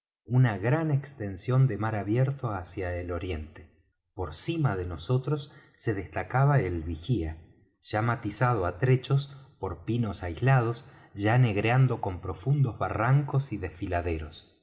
una gran extensión de mar abierto hacia el oriente por cima de nosotros se destacaba el vigía ya matizado á trechos por pinos aislados ya negreando con profundos barrancos y desfiladeros